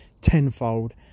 tenfold